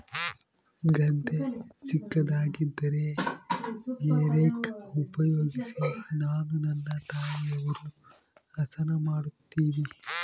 ಗದ್ದೆ ಚಿಕ್ಕದಾಗಿದ್ದರೆ hay rake ಉಪಯೋಗಿಸಿ ನಾನು ನನ್ನ ತಾಯಿಯವರು ಹಸನ ಮಾಡುತ್ತಿವಿ